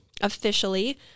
officially